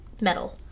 metal